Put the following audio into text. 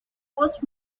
post